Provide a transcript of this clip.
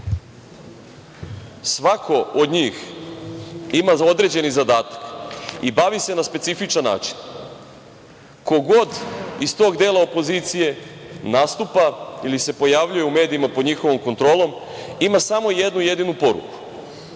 svako od njih ima određeni zadatak i bavi se na specifičan način. Ko god iz tog dela opozicije nastupa ili se pojavljuje u medijima pod njihovom kontrolom ima samo jednu jedinu poruku,